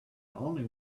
only